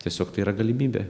tiesiog tai yra galimybė